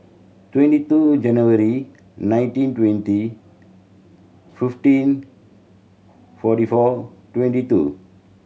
twenty two January nineteen twenty fifteen forty four twenty two